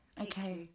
Okay